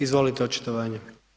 Izvolite, očitovanje.